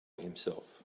himself